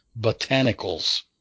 botanicals